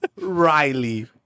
Riley